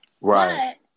Right